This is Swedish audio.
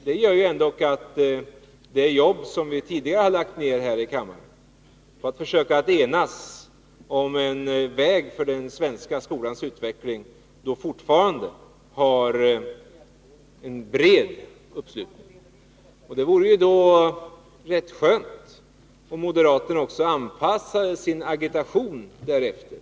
Det gör ändock att det jobb som vi har lagt ner tidigare här i kammaren på att försöka enas om en väg för den svenska skolans utveckling fortfarande har en bred uppslutning. Det vore rätt skönt om moderaterna också anpassade sin agitation därefter.